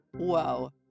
Whoa